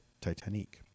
Titanic